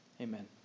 Amen